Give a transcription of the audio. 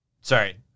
Sorry